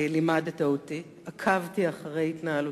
לימדת אותי, עקבתי אחרי התנהלותך.